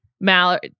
Mallory